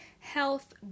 health